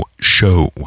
show